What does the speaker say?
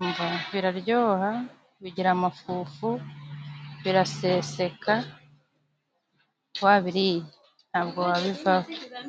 Umva, biraryoha, bigira amafufu, biraseseka, wabiriye ntabwo wabivaho.